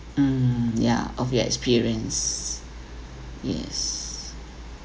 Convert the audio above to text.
mm yeah of your experience yes